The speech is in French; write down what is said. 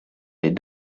les